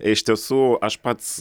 iš tiesų aš pats